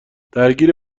درگیر